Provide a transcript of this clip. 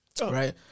Right